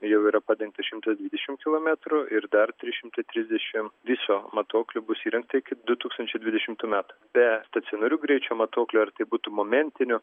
jau yra padengta šimtas dvidešimt kilometrų ir dar trys šimtai trisdešimt viso matuokliai bus įrengti iki du tūkstančiai dvidešimtų metų be stacionarių greičio matuoklių ar tai būtų momentinio